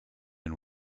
and